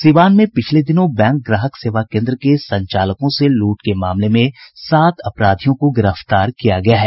सीवान में पिछले दिनों बैंक ग्राहक सेवा केन्द्र के संचालकों से लूट के मामले में सात अपराधियों को गिरफ्तार किया गया है